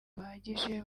buhagije